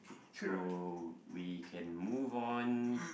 so we can move on